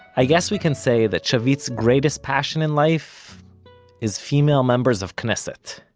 i guess we can say that shavit's greatest passion in life is, female members of knesset